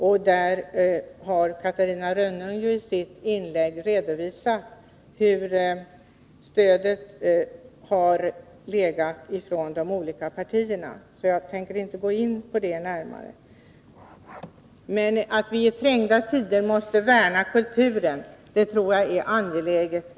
Catarina Rönnung har i sitt inlägg redovisat vilket stöd de olika partierna har föreslagit, så jag tänker inte gå närmare in på det. Att vi i kärva tider måste värna om kulturen tror jag är angeläget.